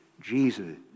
Jesus